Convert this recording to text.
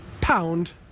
pound